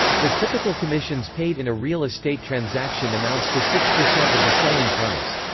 the typical commissions paid in a real estate transaction amounts to six percent of the selling price.